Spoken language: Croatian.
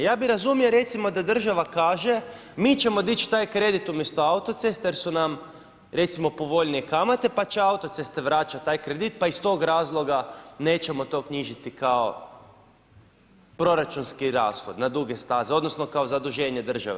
Ja bih razumio recimo da država kaže: mi ćemo dić taj kredit umjesto autocesta jer su nam recimo povoljnije kamate pa će autoceste vraćat taj kredit pa iz tog razloga nećemo to knjižiti kao proračunski rashod na duge staze, odnosno kao zaduženje države.